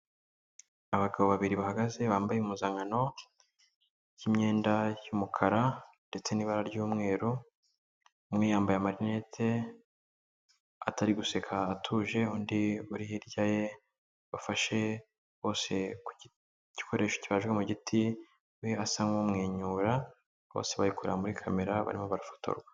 Abagabo babiri bahagaze bambaye impuzankano yimyenda y'umukara ndetse n'ibara ry'umweru umwe yambaye marinette atari guseka atuje undi uri hirya ye bafashe bose ku gikoresho cyibajwe mu giti we asa nk'umwenyura bose barikureba muri kamera barimo barafotorwa.